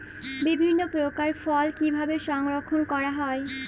বিভিন্ন প্রকার ফল কিভাবে সংরক্ষণ করা হয়?